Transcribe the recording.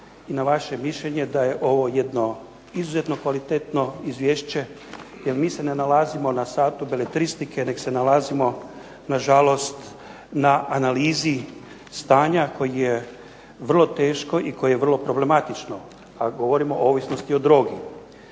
i na vaše mišljenje da je ovo jedno izuzetno kvalitetno izvješće jer mi se ne nalazimo na satu beletristike, nego se nalazimo na žalost na analizi stanja koje je vrlo teško i koje vrlo problematično kad govorimo o ovisnosti o drogi.